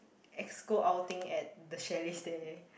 exco outing at the chalet there